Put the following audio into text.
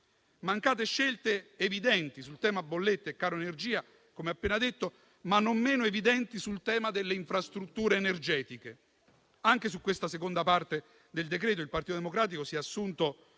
Mancate scelte evidenti sul tema bollette e caro energia, come appena detto, ma non meno evidenti sul tema delle infrastrutture energetiche. Anche su questa seconda parte del decreto il Partito Democratico si è assunto